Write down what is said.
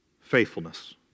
Faithfulness